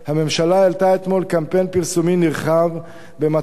הממשלה העלתה אתמול קמפיין פרסומי נרחב במטרה